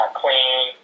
clean